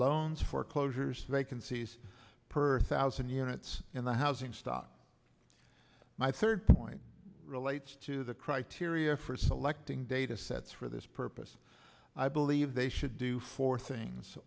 loans for closures vacancies per thousand units in the housing stock my third point relates to the criteria for selecting data sets for this purpose i believe they should do four things